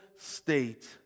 state